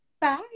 Bye